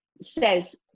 says